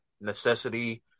necessity